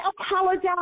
apologize